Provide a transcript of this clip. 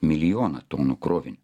milijoną tonų krovinį